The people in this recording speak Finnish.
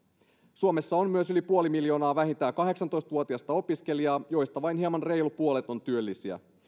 suomessa on myös yli puoli miljoonaa vähintään kahdeksantoista vuotiasta opiskelijaa joista vain hieman reilu puolet on työllisiä